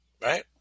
right